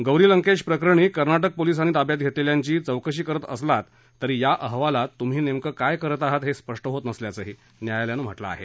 गौरी लंकेश प्रकरणीत कर्नाटक पोलिसांनी ताब्यात घेतलेल्याची चौकशी करत असलात तरी या अहवालात नेमकं काय करत आहात हे स्पष्ट होत नसल्याचंही न्यायालयानं म्हटलं आहे